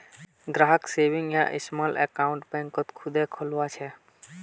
ग्राहक सेविंग या small account बैंकत खुदे खुलवा छे